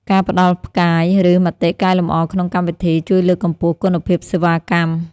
ការផ្តល់ផ្កាយ ឬមតិកែលម្អក្នុងកម្មវិធី ជួយលើកកម្ពស់គុណភាពសេវាកម្ម។